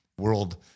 World